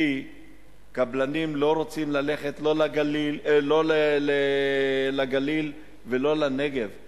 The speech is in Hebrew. כי קבלנים לא רוצים ללכת לא לגליל ולא לנגב.